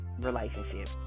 relationship